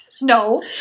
No